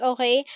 Okay